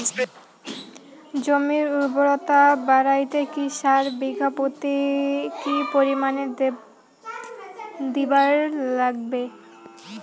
জমির উর্বরতা বাড়াইতে কি সার বিঘা প্রতি কি পরিমাণে দিবার লাগবে?